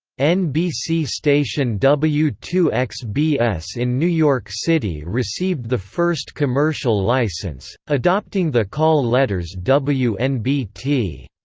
nbc station w two x b s in new york city received the first commercial license, adopting the call letters wnbt.